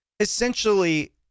Essentially